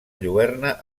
lluerna